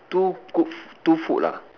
too good two food ah